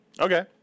okay